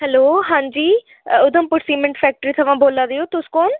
hello हांजी Udhampur cement factory थमां बोल्ला दी ओ तुस कु'न